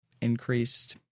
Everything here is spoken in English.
increased